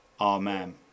Amen